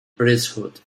priesthood